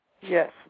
Yes